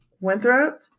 Winthrop